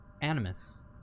Animus